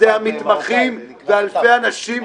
-- ומי שמשלמים את המחיר זה המתמחים ואלפי אנשים ומשפחות.